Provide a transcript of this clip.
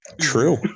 true